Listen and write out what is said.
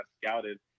scouted